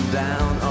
down